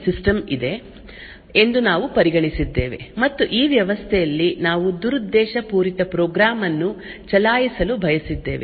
ಕನ್ ಫೈನ್ಮೆಂಟ್ ದೊಂದಿಗೆ ನಾವು ಈ ರೀತಿಯ ವ್ಯವಸ್ಥೆಯನ್ನು ಪರಿಗಣಿಸಿದ್ದೇವೆ ನಮ್ಮಲ್ಲಿ ಸಿಸ್ಟಮ್ ಇದೆ ಎಂದು ನಾವು ಪರಿಗಣಿಸಿದ್ದೇವೆ ಮತ್ತು ಈ ವ್ಯವಸ್ಥೆಯಲ್ಲಿ ನಾವು ದುರುದ್ದೇಶಪೂರಿತ ಪ್ರೋಗ್ರಾಂ ಅನ್ನು ಚಲಾಯಿಸಲು ಬಯಸಿದ್ದೇವೆ